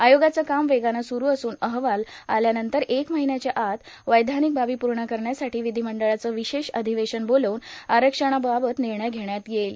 आयोगाचं काम वेगानं सुरू असून अहवाल आल्यानंतर एक महिन्याच्या आत वैधानिक बाबी पूर्ण करण्यासाठी विधीमंडळाचं विशेष अधिवेशन बोलवून आरक्षणाबाबत निर्णय घेण्यात येईल